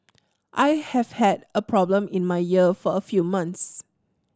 I have had a problem in my ear for a few months